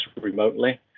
remotely